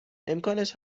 امکانش